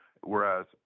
Whereas